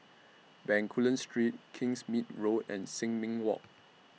Bencoolen Street Kingsmead Road and Sin Ming Walk